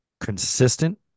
consistent